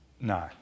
No